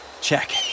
Check